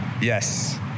Yes